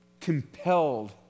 compelled